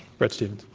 bret stephens.